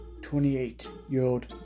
28-year-old